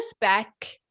back